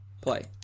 play